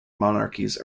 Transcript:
monarchies